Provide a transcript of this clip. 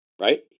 right